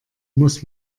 muss